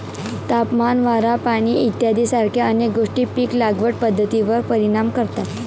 तापमान, वारा, पाणी इत्यादीसारख्या अनेक गोष्टी पीक लागवड पद्धतीवर परिणाम करतात